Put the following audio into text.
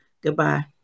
goodbye